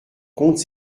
compte